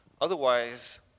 Otherwise